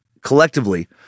collectively